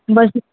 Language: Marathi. बस